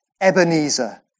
Ebenezer